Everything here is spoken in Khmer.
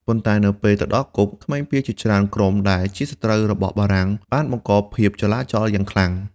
ប៉ុន្តែនៅពេលទៅដល់គុក ក្មេងពាលជាច្រើនក្រុមដែលជាសត្រូវរបស់បារាំងបានបង្កភាពចលាចលយ៉ាងខ្លាំង។